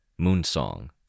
Moonsong